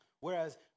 Whereas